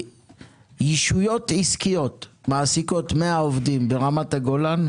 יישויות עסקיות מעסיקות 100 עובדים ברמת הגולן,